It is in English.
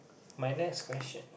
my next question